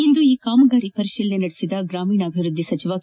ಇಂದು ಈ ಕಾಮಗಾರಿ ಪರಿಶೀಲನೆ ನಡೆಸಿದ ಗ್ರಾಮೀಣಾಭಿವೃದ್ದಿ ಸಚಿವ ಕೆ